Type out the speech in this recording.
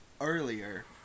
earlier